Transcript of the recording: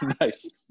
Nice